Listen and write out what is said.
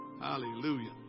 Hallelujah